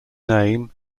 name